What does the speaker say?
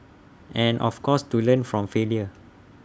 and of course to learn from failure